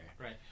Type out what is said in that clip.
Right